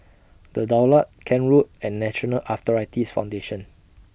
The Daulat Kent Road and National Arthritis Foundation